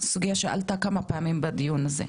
סוגייה שעלתה כמה פעמים בדיון הזה,